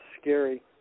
scary